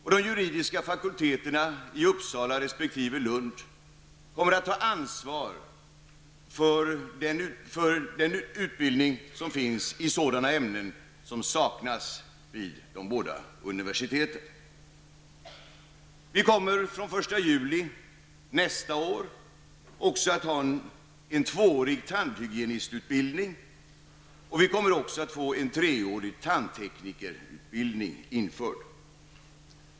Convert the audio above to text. Och de juridiska fakulteterna i Uppsala resp. i Lund kommer att ha ansvar för den utbildning som finns i sådana ämnen som saknas vid de båda universiteten. Vi kommer från den 1 juli nästa år också att ha en tvåårig tandhygienisktutbildning, och vi kommer även att få en treårig tandteknikerutbildning införd.